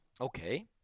Okay